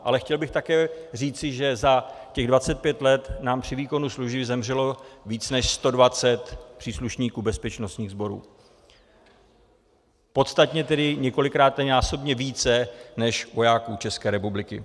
Ale chtěl bych také říci, že za těch 25 let nám při výkonu služby zemřelo víc než 120 příslušníků bezpečnostních sborů, tedy podstatně, několikanásobně více než vojáků České republiky.